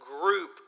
group